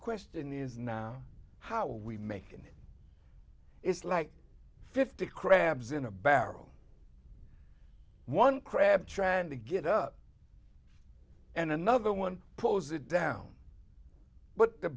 question is now how are we making it it's like fifty crabs in a barrel one crab trying to get up and another one pose it down but the